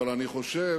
אבל אני חושב